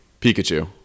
Pikachu